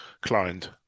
client